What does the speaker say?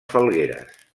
falgueres